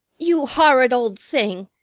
you horrid old thing!